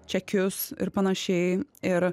čekius ir panašiai ir